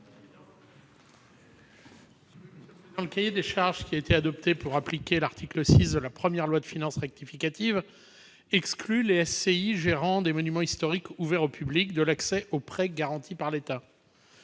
Le cahier des charges qui a été adopté pour appliquer l'article 6 de la première loi de finances rectificative exclut les SCI qui gèrent des monuments historiques ouverts au public de l'accès aux prêts garantis par l'État.